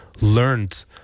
learned